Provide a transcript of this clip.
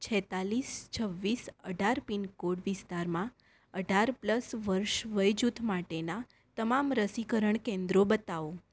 છેત્તાલીસ છવ્વીસ અઢાર પિનકોડ વિસ્તારમાં અઢાર પ્લસ વર્ષ વયજૂથ માટેનાં તમામ રસીકરણ કેન્દ્રો બતાવો